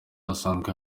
hasanzwe